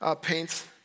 paints